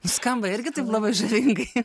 skamba irgi taip labai žavingai